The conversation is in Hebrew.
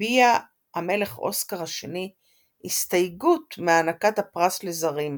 הביע המלך אוסקר השני הסתייגות מהענקת הפרס לזרים,